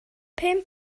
pum